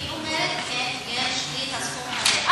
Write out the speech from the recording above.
היא אומרת: כן, יש לי את הסכום הזה.